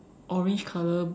orange color